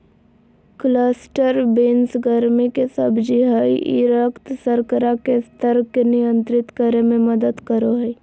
cluster beans गर्मि के सब्जी हइ ई रक्त शर्करा के स्तर के नियंत्रित करे में मदद करो हइ